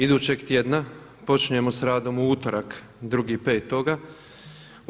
Idućeg tjedna počinjemo sa radom u utorak, 2.5.